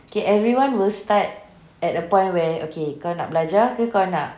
okay everyone will start at a point where okay kau nak belajar ke kau nak